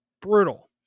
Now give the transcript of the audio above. Brutal